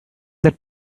that